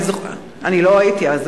אני לא הייתי אז,